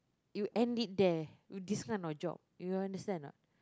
you end it there you this kind of job you understand or not